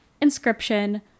Inscription